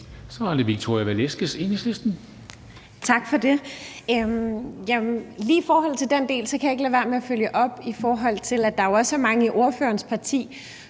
Kl. 17:10 Victoria Velasquez (EL): Tak for det. Lige i forhold til den del kan jeg ikke lade være med at følge op med, at der jo også er mange i ordførerens parti,